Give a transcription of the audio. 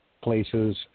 places